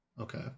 Okay